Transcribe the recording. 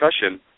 discussion